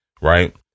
Right